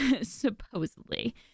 supposedly